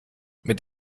mit